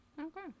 Okay